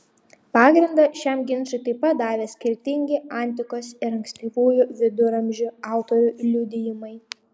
pagrindą šiam ginčui taip pat davė skirtingi antikos ir ankstyvųjų viduramžių autorių liudijimai